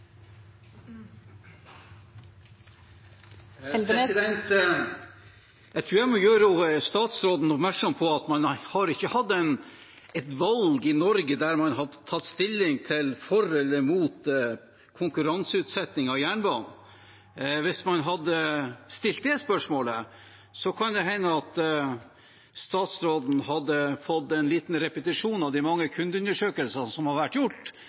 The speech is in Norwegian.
at man ikke har hatt et valg i Norge der man har tatt stilling for eller imot konkurranseutsetting av jernbanen. Hvis man hadde stilt det spørsmålet, kan det hende at statsråden hadde fått en liten repetisjon av de mange kundeundersøkelsene som har vært